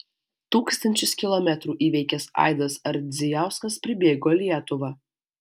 tūkstančius kilometrų įveikęs aidas ardzijauskas pribėgo lietuvą